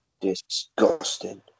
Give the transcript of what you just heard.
Disgusting